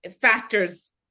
factors